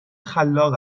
خلاق